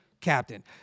Captain